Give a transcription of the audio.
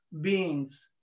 beings